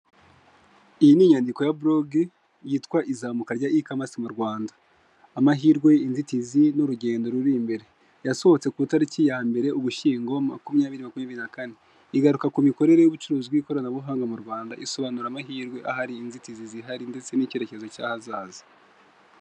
Iyi inyandiko ya buroge yitwa izamuka rya ikamasi mu Rwanda amahirwe inzitizi n'urugendo ruri imbere. Yasohotse ki itariki ya 1 ugushyingo 2024, igaruka ku mikorere y'ubucuruzi bw'ikoranabuhanga mu Rwanda isobanura amahirwe ahari , inzitizi zihari ndetse n'icyerekezo cy'ahazaza.